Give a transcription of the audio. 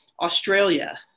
Australia